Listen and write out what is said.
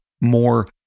more